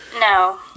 No